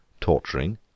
torturing